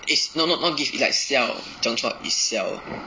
is not not not give like sell 讲错 is sell